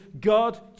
God